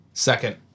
Second